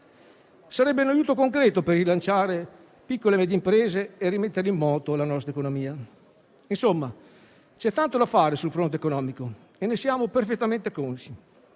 Sarebbe un aiuto concreto per rilanciare piccole e medie imprese e rimettere in moto la nostra economia. Insomma c'è tanto da fare sul fronte economico e ne siamo perfettamente consci.